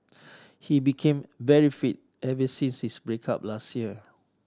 he became very fit ever since his break up last year